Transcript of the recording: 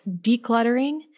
decluttering